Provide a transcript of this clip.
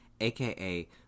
aka